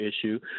issue